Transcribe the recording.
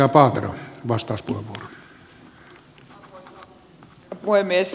arvoisa herra puhemies